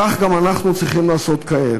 כך גם אנחנו צריכים לעשות כעת: